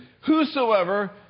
Whosoever